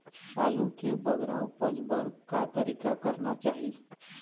आलू के बगरा उपज बर का तरीका करना चाही?